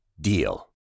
DEAL